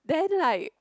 then like